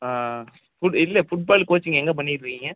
ஆ foot இல்லை football coaching எங்கே பண்ணிட்டுருக்கீங்க